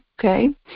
okay